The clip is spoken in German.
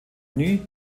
unit